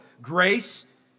grace